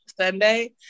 Sunday